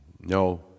No